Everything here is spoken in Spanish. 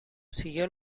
siguió